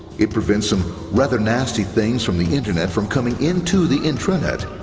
it prevents some rather nasty things from the internet from coming into the intranet,